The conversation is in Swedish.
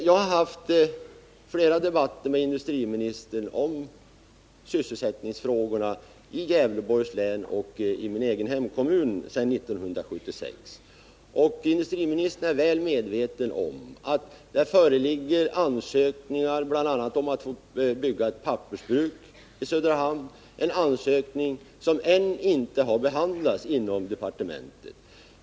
Jag har haft flera debatter med industriministern om sysselsättningsfrågor i Gävleborgs län och min egen hemkommun sedan 1976. Och industriministern är mycket medveten om att det föreligger ansökningar bl.a. om att få bygga ett pappersbruk i Söderhamn, en ansökning som ännu inte har behandlats inom departementet.